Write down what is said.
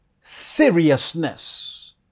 seriousness